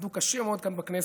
שיעבדו קשה מאוד כאן בכנסת,